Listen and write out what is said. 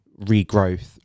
regrowth